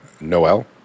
Noel